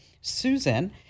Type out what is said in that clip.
Susan